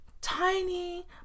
tiny